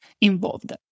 involved